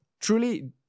truly